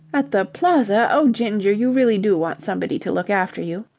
at the plaza! oh, ginger, you really do want somebody to look after you.